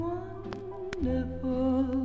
Wonderful